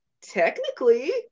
technically